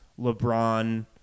LeBron